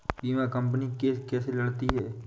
बीमा company case कैसे लड़ती है?